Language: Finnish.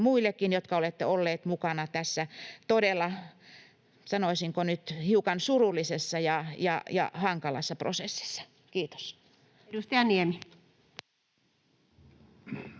muillekin, jotka olette olleet mukana tässä todella, sanoisinko nyt, hiukan surullisessa ja hankalassa prosessissa. — Kiitos. [Speech